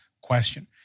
question